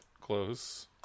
close